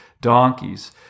donkeys